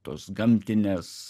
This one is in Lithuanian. tos gamtinės